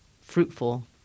fruitful